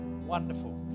wonderful